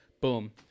boom